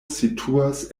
situas